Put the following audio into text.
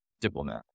diplomat